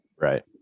Right